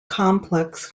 complex